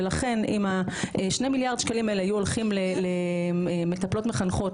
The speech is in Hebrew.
ולכן אם 2 המיליארד שקלים האלה היו הולכים למטפלות מחנכות,